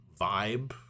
vibe